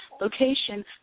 location